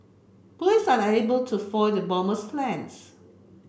police are unable to foil the bomber's plans